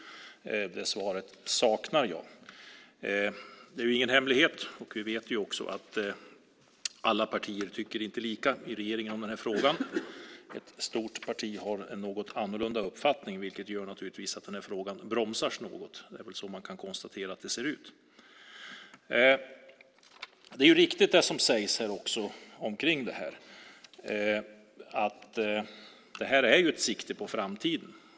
Det svaret saknar jag. Det är ingen hemlighet. Vi vet att inte alla partier i regeringen tycker lika om den här frågan. Ett stort parti har en något annorlunda uppfattning, vilket naturligtvis gör att den här frågan bromsas något. Det är väl så man kan konstatera att det ser ut. Det är riktigt, som sägs om det här, att det här har ett sikte på framtiden.